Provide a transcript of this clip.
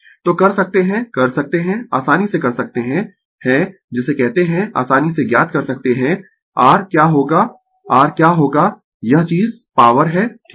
तो कर सकते है कर सकते है आसानी से कर सकते है है जिसे कहते है आसानी से ज्ञात कर सकते है r क्या होगा r क्या होगा यह चीज पॉवर है ठीक है